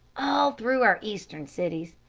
all through our eastern cities.